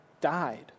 died